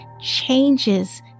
changes